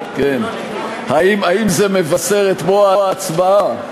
האם זה מבשר את בוא ההצבעה,